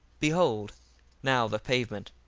behold now the pavement,